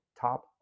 top